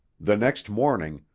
the next morning,